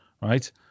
right